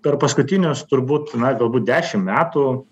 per paskutinius turbūt na galbūt dešim metų